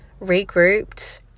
regrouped